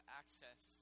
access